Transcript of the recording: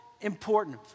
important